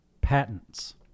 patents